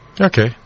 Okay